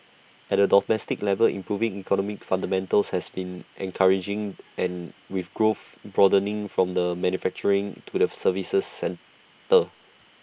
at A domestic level improving economic fundamentals have been encouraging and with growth broadening from the manufacturing to the services sectors